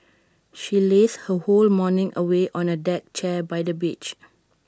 she lazed her whole morning away on A deck chair by the beach